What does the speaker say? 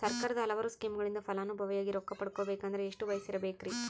ಸರ್ಕಾರದ ಹಲವಾರು ಸ್ಕೇಮುಗಳಿಂದ ಫಲಾನುಭವಿಯಾಗಿ ರೊಕ್ಕ ಪಡಕೊಬೇಕಂದರೆ ಎಷ್ಟು ವಯಸ್ಸಿರಬೇಕ್ರಿ?